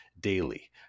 daily